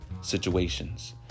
situations